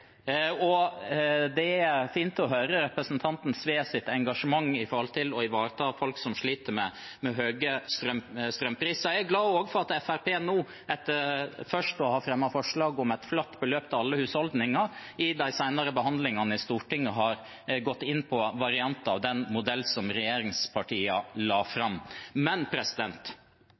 Det er fint å høre representanten Sves engasjement for å ivareta folk som sliter med høye strømpriser. Jeg er også glad for at Fremskrittspartiet nå, etter først å ha fremmet forslag om et flatt beløp til alle husholdninger, i de senere behandlingene i Stortinget har gått inn for varianter av den modellen regjeringspartiene la fram. Vi skal bidra med forsterkede tiltak overfor dem som sliter med høye strømpriser, men